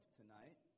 tonight